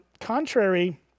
contrary